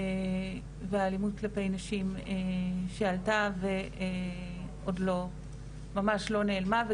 והאלימות כלפי נשים שעלתה ועוד לא ממש לא נעלמה.